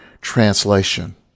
translation